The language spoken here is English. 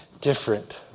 different